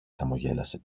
χαμογέλασε